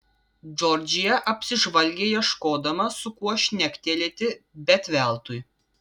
džordžija apsižvalgė ieškodama su kuo šnektelėti bet veltui